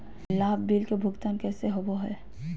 लाभ बिल के भुगतान कैसे होबो हैं?